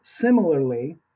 similarly